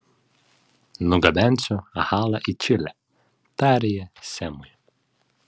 nugabensiu halą į čilę tarė ji semui